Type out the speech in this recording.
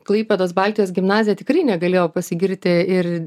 klaipėdos baltijos gimnazija tikrai negalėjo pasigirti ir